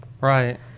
Right